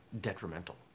detrimental